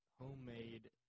homemade